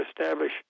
establish